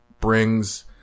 brings